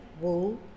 wool